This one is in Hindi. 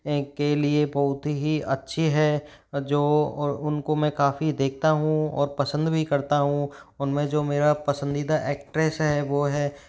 के लिए बहुत ही अच्छी है जो और उन को मैं काफ़ी देखता हूँ और पसंद भी करता हूँ उन में जो मेरा पसंदीदा एक्ट्रेस है वो है